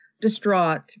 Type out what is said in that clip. distraught